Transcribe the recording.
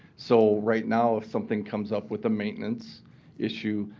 so right now if something comes up with the maintenance issue,